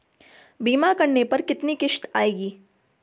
बीमा करने पर कितनी किश्त आएगी?